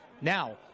Now